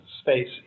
space